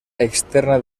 externa